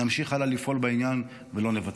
נמשיך הלאה לפעול בעניין, ולא נוותר.